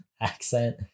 accent